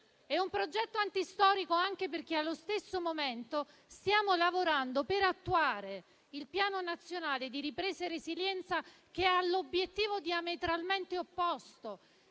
È un progetto antistorico, anche perché nello stesso momento stiamo lavorando per attuare il Piano nazionale di ripresa e resilienza, che ha l'obiettivo diametralmente opposto